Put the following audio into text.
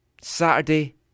Saturday